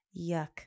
yuck